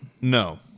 No